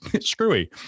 screwy